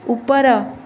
ଉପର